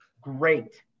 great